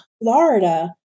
Florida